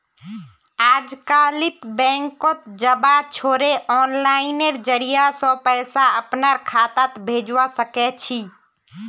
अजकालित बैंकत जबा छोरे आनलाइनेर जरिय स पैसा अपनार खातात भेजवा सके छी